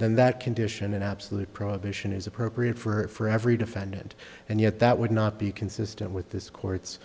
then that condition an absolute prohibition is appropriate for every defendant and yet that would not be consistent with this court's